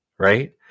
Right